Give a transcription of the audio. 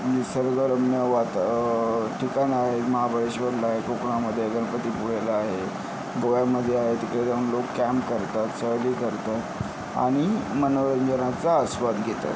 निसर्गरम्य वाता ठिकाणं आहेत महाबळेश्वरला आहे कोकणामध्ये गणपतीपुळेला आहे गोव्यामध्ये आहे तिथे जाऊन लोक कॅम्प करतात सहली करतात आणि मनोरंजनाचा आस्वाद घेतात